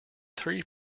three